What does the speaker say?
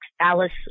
alice